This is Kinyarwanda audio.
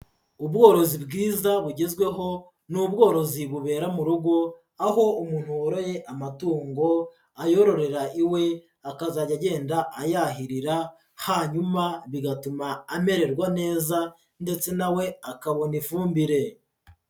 Ubworozi bwiza bugezweho ni ubworozi bubera mu rugo, aho umuntu woroye amatungo ayororera iwe akazajya agenda ayahirira hanyuma bigatuma amererwa neza ndetse na we akabona ifumbire.